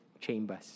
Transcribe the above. chambers